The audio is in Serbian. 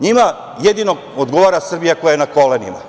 NJima jedino odgovara Srbija koja je na kolenima.